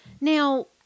Now